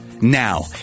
Now